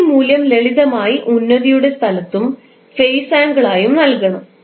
നിങ്ങൾ ഈ മൂല്യം ലളിതമായി ഉന്നതിയുടെ സ്ഥലത്തും ഫേസ് ആംഗിൾ ആയും നൽകണം